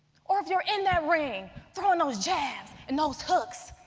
or if you're in that ring throwing those jabs and those hooks,